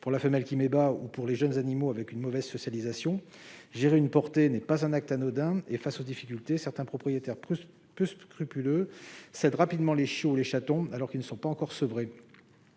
pour la femelle qui met bas ou pour les jeunes animaux. Gérer une portée n'est pas un acte anodin et, face aux difficultés, certains propriétaires peu scrupuleux cèdent rapidement les chiots ou les chatons, alors que ceux-ci ne sont pas encore sevrés.